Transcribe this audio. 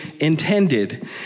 intended